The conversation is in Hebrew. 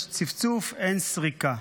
יש צפצוף, אין סריקה.